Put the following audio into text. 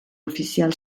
ofizial